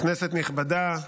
כנסת נכבדה,